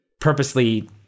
purposely